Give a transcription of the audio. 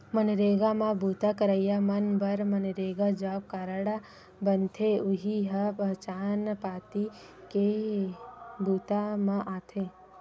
मनरेगा म बूता करइया मन बर नरेगा जॉब कारड बनथे, यहूं ह पहचान पाती के बूता म आथे